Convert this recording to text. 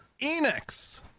Enix